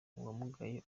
uwamugaye